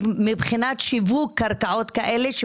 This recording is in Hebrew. מבחינת שיווק קרקעות כאלה,